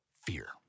fear